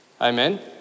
Amen